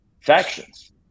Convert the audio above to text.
factions